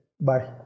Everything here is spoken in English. Bye